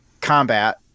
combat